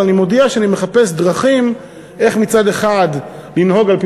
אבל אני מודיע שאני מחפש דרכים איך מצד אחד לנהוג על-פי